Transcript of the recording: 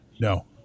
No